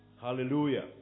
hallelujah